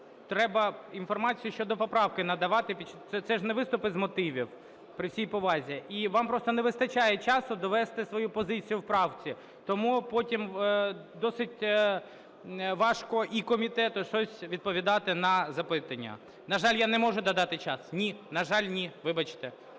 Треба інформацію щодо поправки надавати. Це ж не виступи з мотивів, при всій повазі, і вам просто не вистачає часу довести свою позицію в правці. Тому потім досить важко і комітету щось відповідати на запитання. На жаль, я не можу додати час. Ні. На жаль, ні, вибачте.